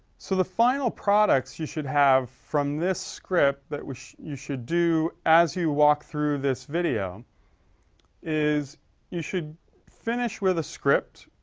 so the final products you should have, from this script, that was, you should do, as you walk through this video is you should finish with a script,